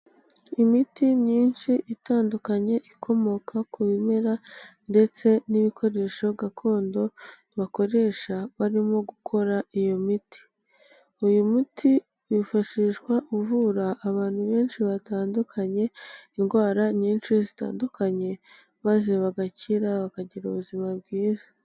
Imiti myinshi itandukanye ikomoka ku bimera ndetse n'ibikoresho gakondo bakoresha barimo gukora iyo miti, uyu muti wifashishwa uvura abantu benshi batandukanye, indwara nyinshi zitandukanye, maze bagakira bakagira ubuzima bwiza.